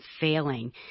failing